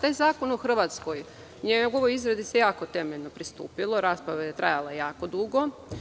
Taj zakon u Hrvatskoj, u njegovoj izgradi se jako temeljno pristupilo i to je trajalo jako dugo.